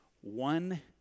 One